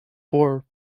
four